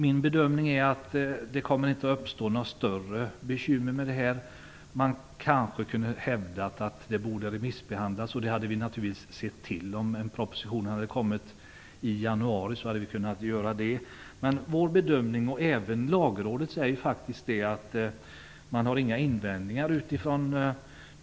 Min bedömning är att inga större bekymmer kommer att uppstå. Kanske kan man hävda att förslaget borde ha remissbehandlats, och om propositionen hade kommit i januari hade vi kunnat se till det. Men vår, och även Lagrådets, bedömning är att det inte finns några invändningar.